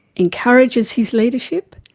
encourages his leadership,